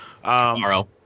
Tomorrow